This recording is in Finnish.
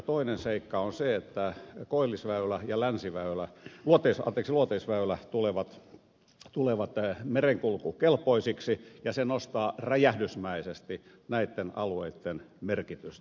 toinen seikka on se että koillisväylä ja luoteisväylä tulevat merenkulkukelpoisiksi ja se nostaa räjähdysmäisesti näitten alueitten merkitystä